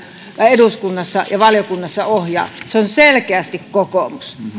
eduskunnassa ja valiokunnassa ohjaa se on selkeästi kokoomus